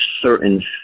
certain